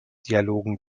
dialogen